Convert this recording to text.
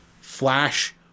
flash